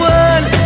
one